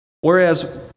Whereas